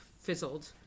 fizzled